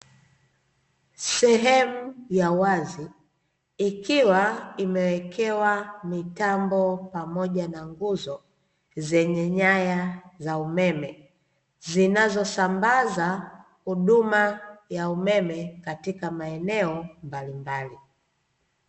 Sehemu ya wazi ikiwa imewekewa mitambo pamoja na nguzo, zenye nyaya za umeme, zinazosambaza huduma ya umeme katika maeneo mbalimbali.